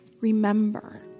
Remember